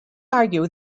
argue